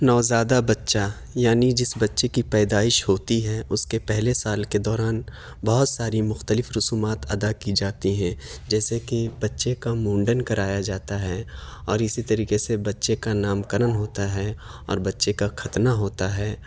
نوزادہ بچہ یعنی جس بچے کی پیدائش ہوتی ہے اس کے پہلے سال کے دوران بہت ساری مختلف رسومات ادا کی جاتی ہیں جیسے کہ بچے کا منڈن کرایا جاتا ہے اور اسی طریقے سے بچے کا نام کرن ہوتا ہے اور بچے کا ختنہ ہوتا ہے